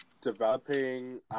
Developing